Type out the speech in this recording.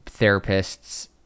therapists